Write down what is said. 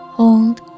hold